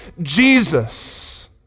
Jesus